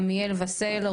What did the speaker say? עמיאל וסל,